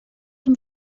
zum